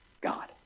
God